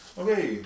okay